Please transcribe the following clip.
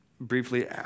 briefly